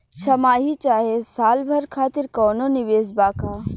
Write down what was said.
छमाही चाहे साल भर खातिर कौनों निवेश बा का?